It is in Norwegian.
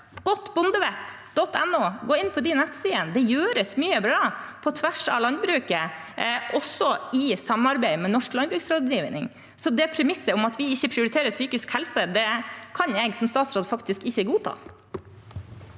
godtbondevett.no – og gå inn på de nettsidene. Det gjøres mye bra på tvers av landbruket, også i samarbeid med Norsk Landbruksrådgiving. Premisset om at vi ikke prioriterer psykisk helse, kan jeg som statsråd ikke godta.